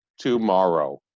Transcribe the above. tomorrow